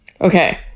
Okay